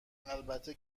البته